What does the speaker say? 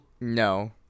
No